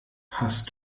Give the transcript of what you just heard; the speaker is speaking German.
hast